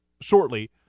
shortly